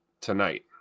tonight